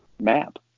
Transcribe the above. map